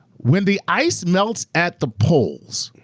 when the ice melts at the poles,